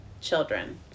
children